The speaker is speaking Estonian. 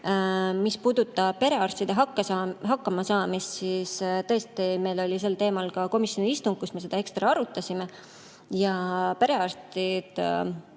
Mis puudutab perearstide hakkamasaamist, siis tõesti meil oli sel teemal ka komisjoni istung, kus me seda ekstra arutasime. Perearstide